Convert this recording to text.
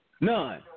None